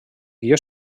guió